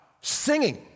singing